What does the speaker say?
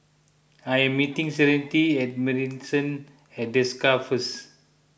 I am meeting Serenity at Marrison at Desker first